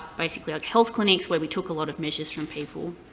basically, like health clinics, where we took a lot of measures from people.